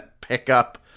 pickup